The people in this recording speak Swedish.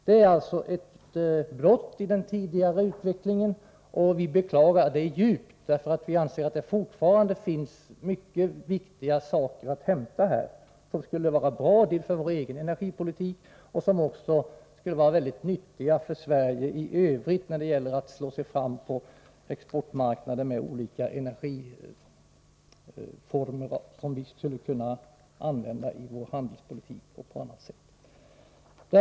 Det blir alltså ett avbrott i den tidigare utvecklingen, vilket vi djupt beklagar. Vi anser nämligen att det fortfarande finns mycket viktiga saker att hämta här, som dels skulle vara bra för vår egen energipolitik, dels skulle vara nyttiga för Sverige i övrigt när det gäller att slå sig fram på exportmarknader med olika energiformer, som skulle kunna användas i vår handelspolitik och på annat sätt.